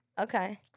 Okay